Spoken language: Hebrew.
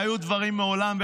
והיו דברים מעולם,